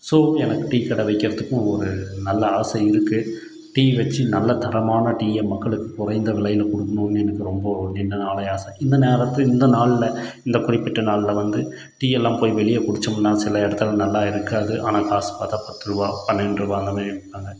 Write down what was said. so எனக்கும் டீக்கடை வைக்கிறதுக்கும் ஒரு நல்ல ஆசை இருக்கு டீ வச்சு நல்ல தரமான டீயை மக்களுக்கு குறைந்த விலையில் கொடுக்கணுன்னு எனக்கு ரொம்ப நீண்ட நாளாகவே ஆசை இந்த நேரத்தில் இந்த நாளில் இந்த குறிப்பிட்ட நாளில் வந்து டீயெல்லாம் போய் வெளியே குடிச்சம்ன்னா சில இடத்துல நல்லா இருக்காது ஆனால் காசு பார்த்தா பத்துருபா பன்னெண்டுருபா அந்தமாரி விற்பாங்க